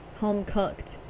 home-cooked